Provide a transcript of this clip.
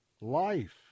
life